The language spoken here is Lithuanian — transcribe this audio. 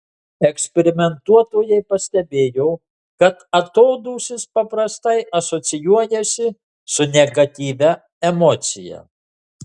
eksperimentuotojai pastebėjo kad atodūsis paprastai asocijuojasi su negatyvia emocija